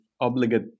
obligate